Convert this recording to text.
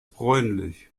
bräunlich